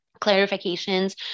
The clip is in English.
clarifications